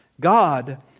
God